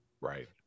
right